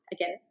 Again